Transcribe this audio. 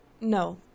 No